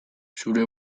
zure